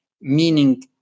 meaning